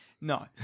No